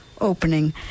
opening